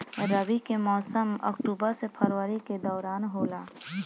रबी के मौसम अक्टूबर से फरवरी के दौरान होला